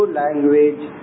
language